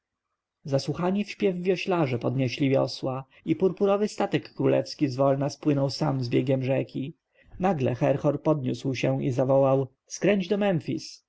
zmartwychwstanie zasłuchani w śpiew wioślarze podnieśli wiosła i purpurowy statek królewski zwolna spłynął sam z biegiem rzeki nagłe herhor podniósł się i zawołał skręcić do